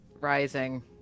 rising